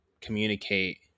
communicate